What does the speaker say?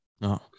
No